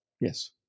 Yes